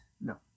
No